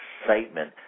excitement